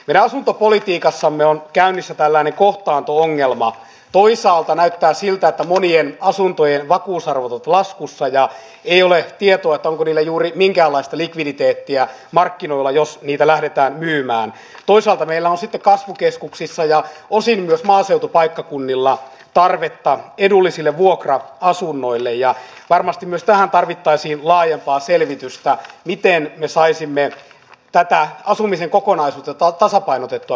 minä asuntopolitiikassamme on käynnissä tällainen kohtaanto ongelma pois alta näyttää siltä että monien asuntojen vakuusarvotut laskussa ja ilmehtiä tuoton kunnille juuri minkäänlaista likviditeettiä markkinoilla jos niitä lähdetään myymään toisaalta meillä on sitä kasvukeskuksissa ja osin myös maaseutupaikkakunnilla tarvetta edullisille vuokra asunnoille ja varmasti myös tähän tarvittaisiin laajempaa selvitystä miten me saisimme tätä asumisen kokonaisuutta tasapainotettua